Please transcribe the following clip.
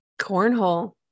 cornhole